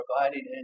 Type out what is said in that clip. providing